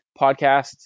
podcast